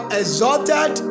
exalted